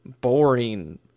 boring